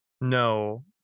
No